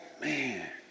man